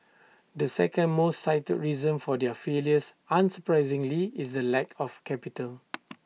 the second most cited reason for their failures unsurprisingly is the lack of capital